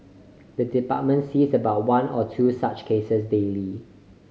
the department sees about one or two such cases daily